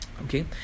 okay